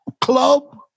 club